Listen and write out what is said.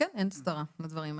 אין הסדרה לדברים האלה,